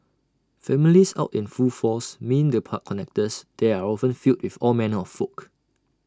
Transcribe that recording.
families out in full force mean the park connectors there are often filled with all manner of folk